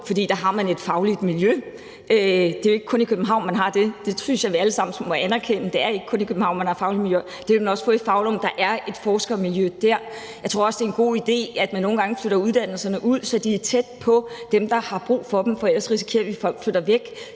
for der har man et fagligt miljø. Det er jo ikke kun i København, man har det. Det synes jeg vi alle sammen må anerkende. Det er ikke kun i København, man har faglige miljøer. Det vil man også få i Foulum. Der er et forskermiljø der. Jeg tror, det også er en god idé, at man nogle gange flytter uddannelserne ud, så de er tæt på dem, der har brug for dem, for ellers risikerer vi, at folk flytter væk.